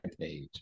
page